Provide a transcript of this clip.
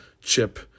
chip